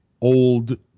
old